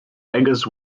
beggars